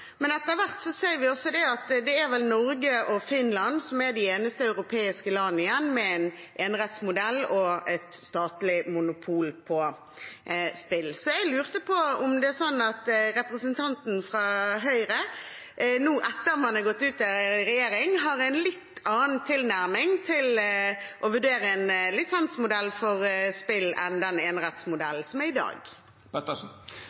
men etter hvert ser vi at det er Norge og Finland som er de eneste europeiske landene igjen med en enerettsmodell og et statlig monopol på spill. Jeg lurer på om representanten fra Høyre nå, etter at man har gått ut av regjering, har en litt annen tilnærming til å vurdere en lisensmodell for spill, framfor den